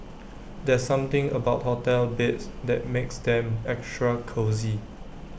there's something about hotel beds that makes them extra cosy